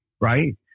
Right